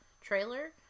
trailer